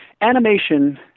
animation